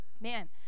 Man